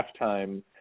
halftime